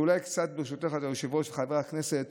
ואולי, ברשותך, גברתי היושבת-ראש, חברי הכנסת,